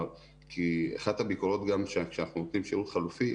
אחת הביקורת גם שכשאנחנו נותנים שירות חלופי,